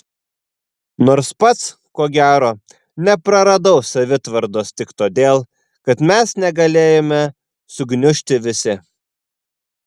nors pats ko gero nepraradau savitvardos tik todėl kad mes negalėjome sugniužti visi